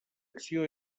acció